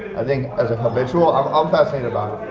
i think as a habitual, i'm um fascinated by.